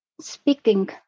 speaking